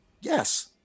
yes